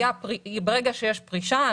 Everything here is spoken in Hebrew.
ברגע שיש פרישה,